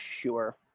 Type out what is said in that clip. sure